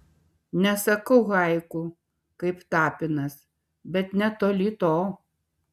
nesakau haiku kaip tapinas bet netoli to